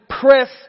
press